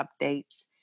updates